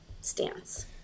stance